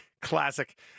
Classic